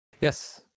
Yes